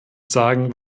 sagen